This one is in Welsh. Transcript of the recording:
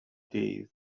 dydd